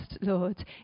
Lord